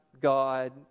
God